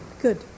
good